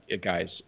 guys